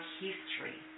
history